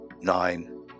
nine